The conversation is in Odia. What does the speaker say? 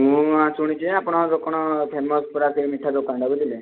ମୁଁ ଆଉ ଶୁଣିଛି ଆପଣ ଏବେ କ'ଣ ଫେମସ୍ ପୁରା ସେ ମିଠା ଦୋକାନଟା ବୁଝିଲେ